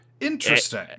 interesting